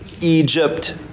Egypt